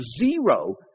zero